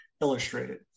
illustrated